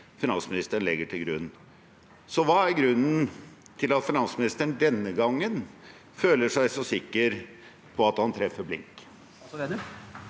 finansministeren legger til grunn. Hva er grunnen til at finansministeren denne gangen føler seg så sikker på at han treffer blink?